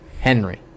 Henry